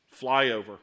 flyover